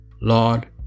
Lord